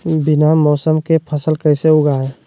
बिना मौसम के फसल कैसे उगाएं?